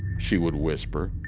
she would whisper.